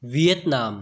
Vietnam